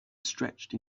stretched